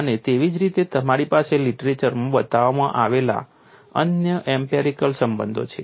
અને તેવી જ રીતે તમારી પાસે લીટરેચરમાં બતાવવામાં આવેલા અન્ય એમ્પિરિકલ સંબંધો છે